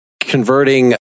converting